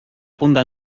punta